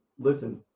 Listen